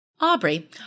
Aubrey